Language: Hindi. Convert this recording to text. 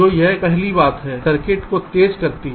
तो यह पहली बात है सर्किट को तेज करना